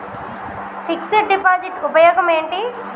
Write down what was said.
Fix డ్ deposit ఉపయోగం ఏంటి?